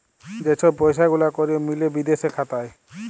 যে ছব পইসা গুলা ক্যরে মিলে বিদেশে খাতায়